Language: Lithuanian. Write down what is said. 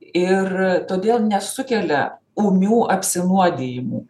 ir todėl nesukelia ūmių apsinuodijimų